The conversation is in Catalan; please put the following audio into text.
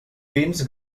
fins